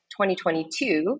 2022